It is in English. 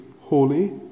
holy